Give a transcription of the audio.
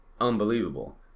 unbelievable